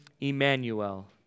Emmanuel